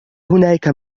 هناك